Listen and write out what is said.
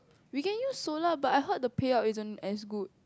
we can use solar but I heard the pay up isn't as good